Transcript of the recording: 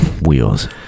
Wheels